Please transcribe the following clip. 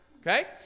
okay